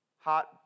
hot